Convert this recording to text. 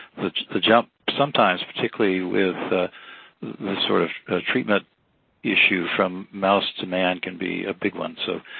the jump-sometimes, particularly with this sort of treatment issue-from mouse to man, can be a big one. so,